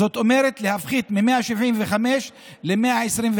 זאת אומרת, להפחית מ-175 ל-125.